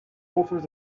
loafers